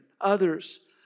others